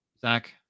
Zach